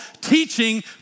teaching